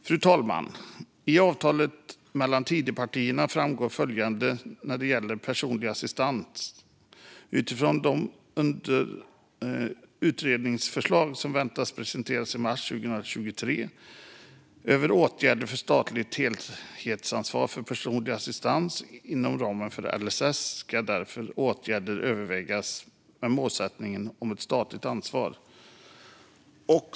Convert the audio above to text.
Fru talman! I avtalet mellan Tidöpartierna framgår följande när det gäller personlig assistans: "Utifrån de utredningsförslag som väntas presenteras i mars 2023 över åtgärder för ett statligt helhetsansvar för personlig assistans inom ramen för LSS ska därefter åtgärder övervägas med målsättningen om ett statligt ansvar."